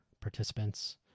participants